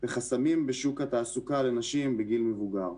4. חסמים בשוק התעסוקה לנשים בגיל מבוגר.